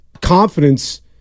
confidence